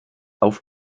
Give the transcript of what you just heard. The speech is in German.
auf